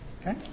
Okay